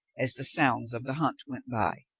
as the sounds of the hunt went by.